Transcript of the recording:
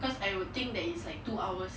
cause I would think that it's like two hours